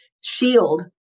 shield